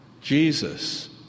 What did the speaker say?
Jesus